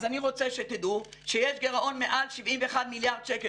אז אני רוצה שתדעו שיש גירעון מעל 71 מיליארד שקל